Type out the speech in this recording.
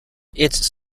its